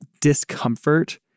discomfort